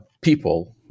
people